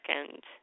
second